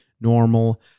normal